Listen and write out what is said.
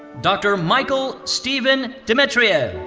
dr. michael steven dimitriyev.